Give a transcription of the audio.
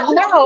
no